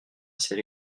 ses